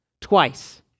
twice